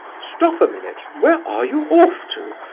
stop a minute where are you off to?